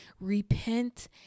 repent